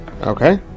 Okay